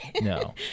No